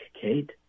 Kate